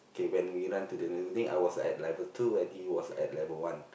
okay when we run to the nearest building I was at level two and he was at level one